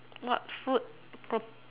what food prob~